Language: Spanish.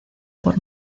por